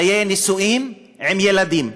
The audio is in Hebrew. חיי נישואין, עם ילדים.